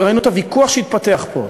ראינו את הוויכוח שהתפתח פה,